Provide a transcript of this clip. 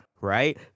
Right